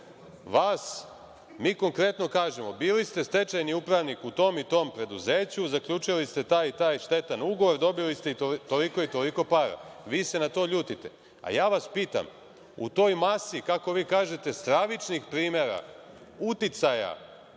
vas, mi konkretno kažemo, bili ste stečajni upravnik u tom i tom preduzeću. Zaključili ste taj i taj štetan ugovor. Dobili ste toliko i toliko para. Vi se na to ljutite.A ja vas pitam, u toj masi, kako vi kažete, stravičnih primera uticaja